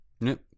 Nope